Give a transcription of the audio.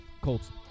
Colts